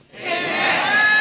Amen